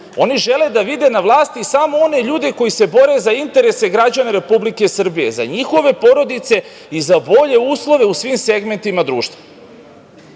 Oni žele da vide na vlasti samo one ljude koji se bore za interese građana Republike Srbije, za njihove porodice i za bolje uslove u svim segmentima društva. Ukoliko